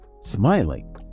Smiling